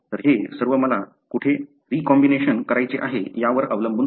तर हे सर्व मला कुठे रीकॉम्बिनेशन करायचे आहे यावर अवलंबून आहे